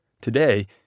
Today